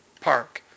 park